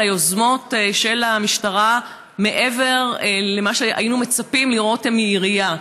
על היוזמות של המשטרה מעבר למה שהיינו מצפים לראות מעירייה,